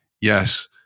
yes